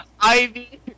Ivy